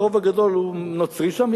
הרוב הגדול הוא נוצרי שם,